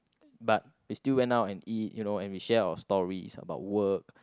but we still went out and eat you know and we share our stories is about work